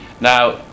Now